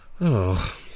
Oh